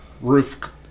roof